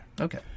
Okay